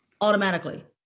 Automatically